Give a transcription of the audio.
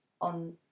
on